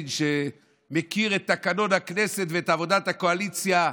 נא לקום, בבקשה.